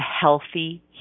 healthy